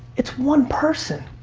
it's one person.